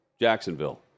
Jacksonville